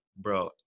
bro